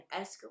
escalate